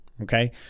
okay